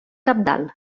cabdal